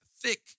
thick